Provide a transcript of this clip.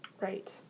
Right